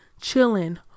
chilling